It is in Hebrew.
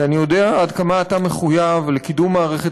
כי אני יודע עד כמה אתה מחויב לקידום מערכת